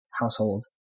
household